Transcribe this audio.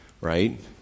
right